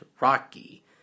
Rocky